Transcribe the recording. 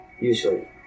usually